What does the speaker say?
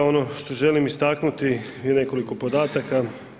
Ono što želim istaknuti je nekoliko podataka.